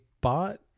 bought